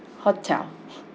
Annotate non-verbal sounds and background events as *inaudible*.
hotel *breath*